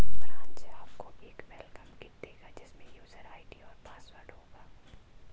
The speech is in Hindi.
ब्रांच आपको एक वेलकम किट देगा जिसमे यूजर आई.डी और पासवर्ड होगा